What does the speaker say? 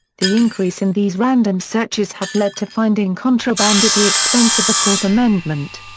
the increase in these random searches have led to finding contraband at the expense of the fourth amendment.